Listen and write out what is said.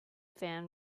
fan